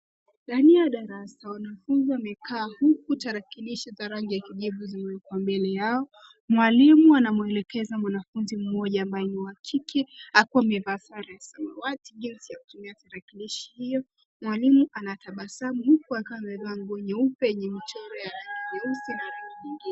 Ndani ya darasa, wanafunzi wamekaa huku tarakilishi za rangi ya kijivu zimewekwa mbele yao. Mwalimu anamwelekeza mwanafunzi mmoja ambaye ni wa kike, akiwa amevaa sare samawati jinsi ya kutumia tarakilishi hiyo. Mwalimu anatabasamu huku akiwa amevaa nguo nyeupe yenye michoro ya rangi nyeusi na rangi nyingine.